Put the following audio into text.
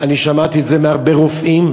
אני שמעתי את זה מהרבה רופאים.